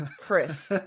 Chris